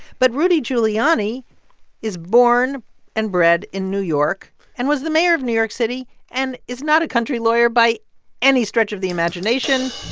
but rudy giuliani is born and bred in new york and was the mayor of new york city and is not a country lawyer by any stretch of the imagination